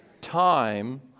time